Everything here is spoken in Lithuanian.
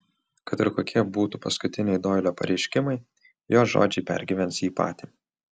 kad ir kokie būtų paskutiniai doilio pareiškimai jo žodžiai pergyvens jį patį